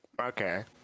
Okay